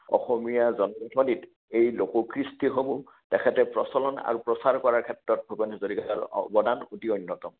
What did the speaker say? অসমীয়া জন্মথলীত এই লোককৃষ্টিসমূহ তেখেতে প্ৰচলন আৰু প্ৰচাৰ কৰাৰ কাৰণে ভূপেন হাজৰিকাৰ অৱদান অতি অন্যতম